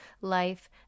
life